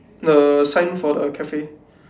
the sign for the cafe